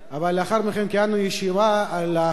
אבל לאחר מכן קיימנו ישיבה על החלטת